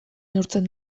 neurtzen